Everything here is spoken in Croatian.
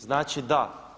Znači da.